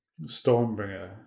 Stormbringer